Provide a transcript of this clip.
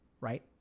right